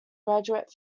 graduate